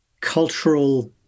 cultural